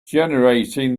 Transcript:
generating